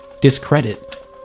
discredit